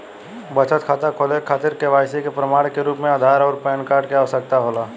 बचत खाता खोले के खातिर केवाइसी के प्रमाण के रूप में आधार आउर पैन कार्ड के आवश्यकता होला